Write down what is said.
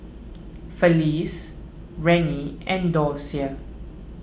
Felice Rennie and Docia